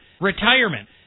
retirement